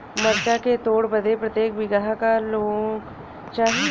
मरचा के तोड़ बदे प्रत्येक बिगहा क लोग चाहिए?